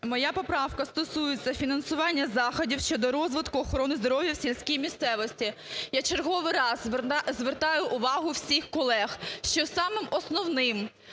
моя поправка стосується фінансування заходів щодо розвитку охорони здоров'я в сільській місцевості. Я в черговий раз звертаю увагу всіх колег, що самим основним